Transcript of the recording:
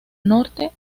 norte